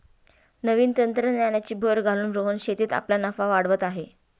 नवीन तंत्रज्ञानाची भर घालून रोहन शेतीत आपला नफा वाढवत आहे